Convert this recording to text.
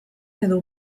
edo